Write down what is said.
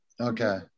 Okay